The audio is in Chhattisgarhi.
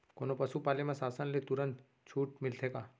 कोनो पसु पाले म शासन ले तुरंत छूट मिलथे का?